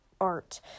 art